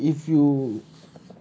M one if you